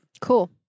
Cool